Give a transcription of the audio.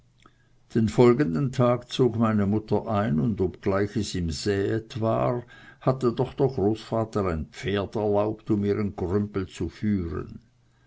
den folgenden tag zog meine mutter ein und obgleich es im säet war hatte doch der großvater ein pferd erlaubt um ihren grümpel zu führen